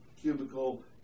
cubicle